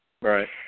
Right